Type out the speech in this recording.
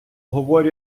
говорю